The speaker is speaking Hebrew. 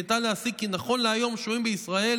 ניתן להסיק כי נכון להיום שוהים בישראל